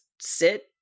sit